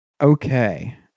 Okay